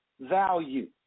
value